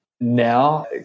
Now